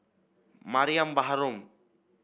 Mariam Baharom